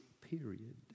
period